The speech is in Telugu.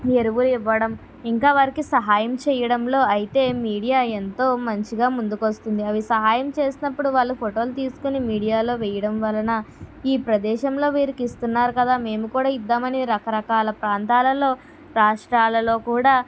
ఎరువు ఇవ్వడం ఇంకా వారికి సహాయం చేయడంలో అయితే మీడియా ఎంతో మంచిగా ముందుకొస్తుంది అవి సహాయం చేసినప్పుడు వాళ్ళ ఫోటోలు తీసుకుని మీడియాలో వేయడం వలన ఈ ప్రదేశంలో వీరికి ఇస్తున్నారు కదా మేము కూడా ఇద్దామని రకరకాల ప్రాంతాలలో రాష్ట్రాలలో కూడా